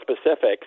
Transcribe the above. specifics